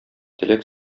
теләк